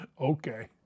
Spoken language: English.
Okay